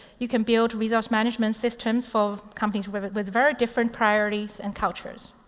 you can build resource management systems for companies with with very different priorities and cultures.